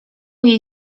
jej